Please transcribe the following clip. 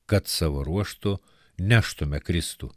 kad savo ruožtu neštumėme kristų